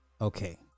Okay